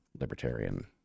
libertarian